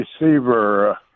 receiver